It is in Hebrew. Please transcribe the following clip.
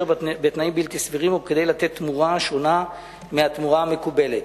בתנאים בלתי סבירים או כדי לתת תמורה השונה מהתמורה המקובלת.